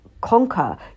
conquer